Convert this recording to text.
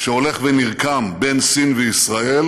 שהולך ונרקם בין סין לישראל.